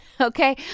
Okay